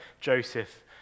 Joseph